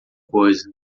coisa